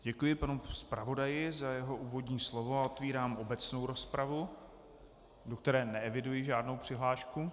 Děkuji panu zpravodaji za jeho úvodní slovo a otevírám obecnou rozpravu, do které neeviduji žádnou přihlášku.